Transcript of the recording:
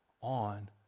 on